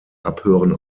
abhören